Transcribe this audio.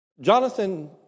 Jonathan